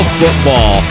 football